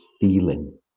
feeling